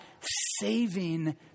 saving